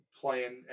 playing